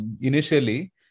initially